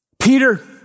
Peter